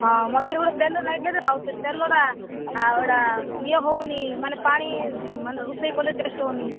ହଁ ମଝିରେ ଗୋଟେ ତେଲ ନେଇଥିଲେ ଯେ ଆଉ ସେ ତେଲଟା ଆଉ ଏଟା ଇଏ ହେଉନି ମାନେ ପାଣି ମାନେ ରୋଷେଇ କଲେ ଟେଷ୍ଟ ହେଉନି